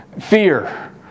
fear